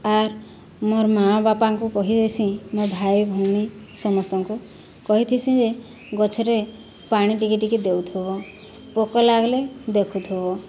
ଆର୍ ମୋର ମାଆ ବାପାଙ୍କୁ କହିଦେଇସିଁ ମୋ' ଭାଇ ଭଉଣୀ ସମସ୍ତଙ୍କୁ କହିଥିସିଁ ଯେ ଗଛରେ ପାଣି ଟିକିଏ ଟିକିଏ ଦେଉଥିବ ପୋକ ଲାଗିଲେ ଦେଖୁଥିବ